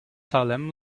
salem